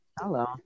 Hello